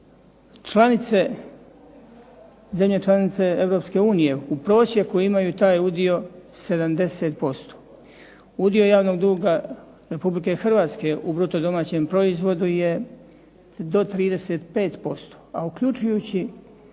Članice, zemlje članice Europske unije u prosjeku imaju taj udio 70%. Udio javnog duga Republike Hrvatske u bruto domaćem proizvodu je do 35%, a uključujući